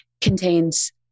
contains